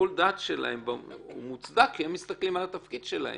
אני מסכים,